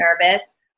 nervous